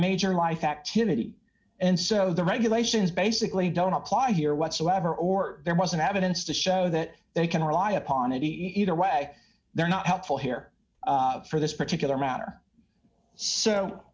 major life activity and so the regulations basically don't apply here whatsoever or there wasn't have an insta show that they can rely upon it either way they're not helpful here for this particular matter so